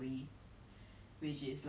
use all your energy